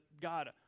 God